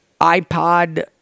iPod